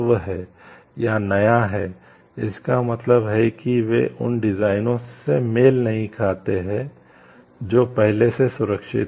या नया है इसका मतलब है कि वे उन डिज़ाइनों से मेल नहीं खाते हैं जो पहले से सुरक्षित हैं